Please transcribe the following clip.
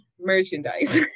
merchandise